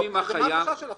מה החשש שלכם?